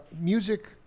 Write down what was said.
music